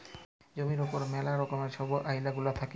জমির উপর ম্যালা রকমের ছব আইল গুলা থ্যাকে